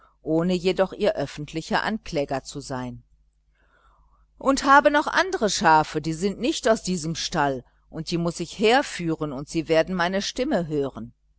ohne doch ihr öffentlicher ankläger zu sein und habe noch andere schafe die sind nicht aus diesem stall und die muß ich herführen und sie werden meine stimme hören